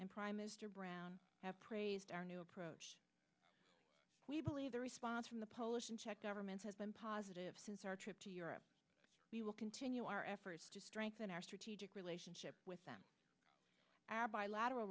and prime minister brown have praised our new approach we believe the response from the polish and czech governments has been positive since our trip to europe we will continue our efforts to strengthen our strategic relationship with our bilateral